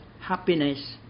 happiness